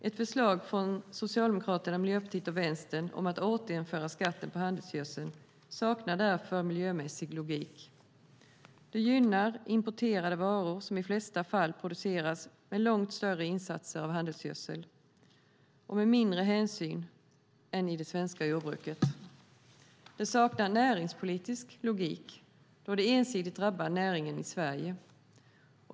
Ett förslag från Socialdemokraterna, Miljöpartiet och Vänstern om att återinföra skatten på handelsgödsel saknar därför miljömässig logik. Det gynnar nämligen importerade varor, som i de flesta fall produceras med långt större insatser av handelsgödsel och med mindre miljöhänsyn än i det svenska jordbruket. Det saknar näringspolitisk logik, då det ensidigt drabbar näringen i Sverige.